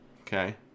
okay